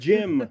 Jim